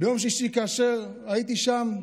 ביום שישי, כאשר הייתי שם,